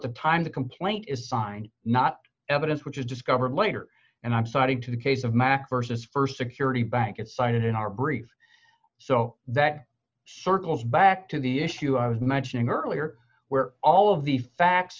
the time the complaint is find not evidence which is discovered later and i'm sorry to the case of mack vs st security bank it's cited in our brief so that circles back to the issue i was mentioning earlier where all of the facts